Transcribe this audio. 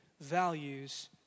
values